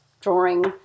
drawing